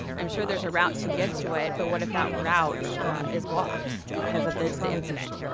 i'm sure there's a route to get to it, but what if that route is blocked because of the the incident?